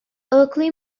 oakley